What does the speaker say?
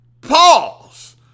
Pause